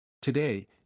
Today